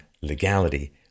legality